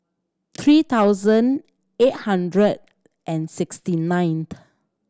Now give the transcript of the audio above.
three thousand eight hundred and sixty ninth